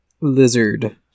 Lizard